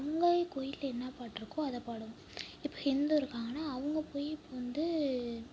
அவங்க கோவில்ல என்ன பாட்டிருக்கோ அதை பாடுவோம் இப்போ ஹிந்து இருக்காங்கன்னா அவங்க போய் வந்து